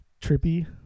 trippy